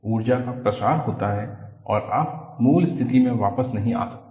ऊर्जा का प्रसार होता है और आप मूल स्थिति में वापस नहीं आ सकते